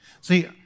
See